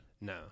No